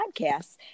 podcasts